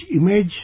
image